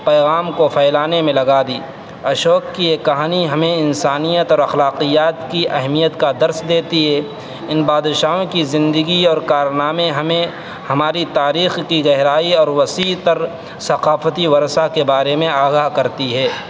پیغام کو پھیلانے میں لگا دی اشوک کی یہ کہانی ہمیں انسانیت اور اخلاقیات کی اہمیت کا درس دیتی ہے ان بادشاہوں کی زندگی اور کارنامے ہمیں ہماری تاریخ کی گہرائی اور وسیع تر ثقافتی ورثہ کے بارے میں آگاہ کرتی ہے